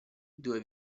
due